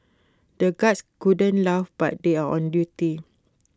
the guards couldn't laugh but they are on duty